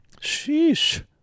Sheesh